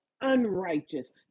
unrighteous